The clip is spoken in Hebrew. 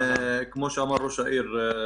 כמו שאמר ראש העיר,